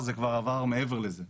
זה כבר מעבר לזה.